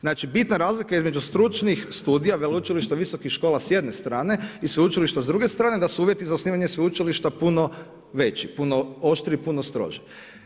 Znači bitna razlika između stručnih studija, veleučilišta visokih škola s jedne strane i sveučilišta s druge strane da su uvjeti za osnivanje sveučilišta puno veći, puno oštriji, puno strožiji.